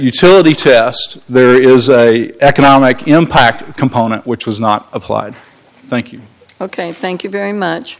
utility test there is economic impact component which was not applied thank you ok thank you very much